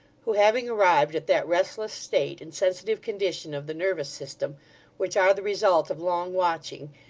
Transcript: having arrived at that restless state and sensitive condition of the nervous system which are the result of long watching,